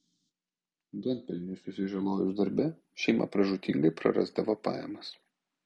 duonpelniui susižalojus darbe šeima pražūtingai prarasdavo pajamas